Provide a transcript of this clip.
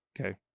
Okay